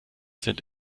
sind